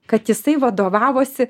kad jisai vadovavosi